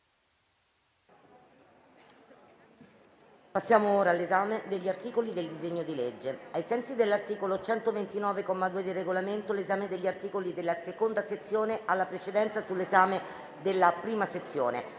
Passiamo all'esame degli articoli del disegno di legge. Ai sensi dell'articolo 129, comma 2 del Regolamento, l'esame degli articoli della seconda sezione ha la precedenza sull'esame della prima sezione.